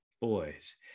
boys